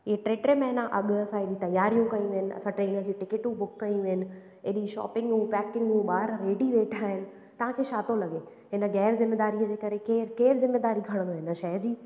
ईअं टे टे महीना अॻु असां एॾियूं तयारियूं कयूं आहिनि असां ट्रेन जूं टिकटूं बुक कयूं आहिनि एॾी शॉपिंगूं पैकिंगूं ॿार रेडी वेठा आहिनि तव्हांखे छा थो लॻे हिन ग़ैरज़िमेदारीअ जे करे केरु केरु ज़िमेदारी खणिजो हिन शइ जी